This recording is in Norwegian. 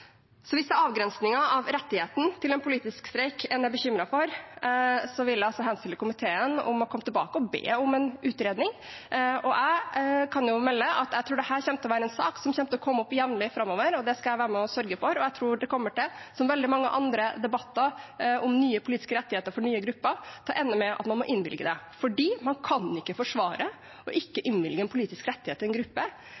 Hvis det er avgrensningen av rettigheten til en politisk streik en er bekymret for, vil jeg henstille til komiteen å komme tilbake og be om en utredning. Jeg kan melde at jeg tror dette vil være en sak som kommer opp jevnlig framover, det skal jeg være med og sørge for. Jeg tror det, som i veldig mange andre debatter om nye politiske rettigheter for nye grupper, kommer til å ende med at man må innvilge det fordi man ikke kan forsvare å ikke